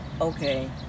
Okay